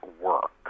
work